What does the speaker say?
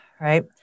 Right